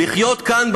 לחיות כאן,